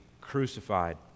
crucified